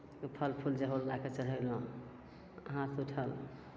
फल फूल जे होल लैके चढ़ेलहुँ हाथ उठल